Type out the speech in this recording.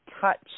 touch